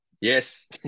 yes